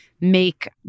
make